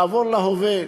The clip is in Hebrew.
לעבור להווה.